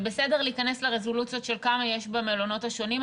זה בסדר להיכנס לרזולוציות של כמה יש במלונות השונים,